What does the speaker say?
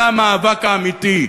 זה המאבק האמיתי.